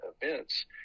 events